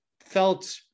felt